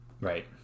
Right